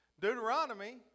Deuteronomy